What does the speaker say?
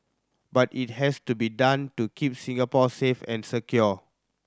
but it has to be done to keep Singapore safe and secure